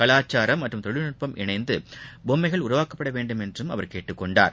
கலாச்சாரம் மற்றும் தொழில்நட்பம் இணைந்து பொம்மைகள் உருவாக்கப்பட வேண்டுமென்றும் அவர் கேட்டுக் கொண்டார்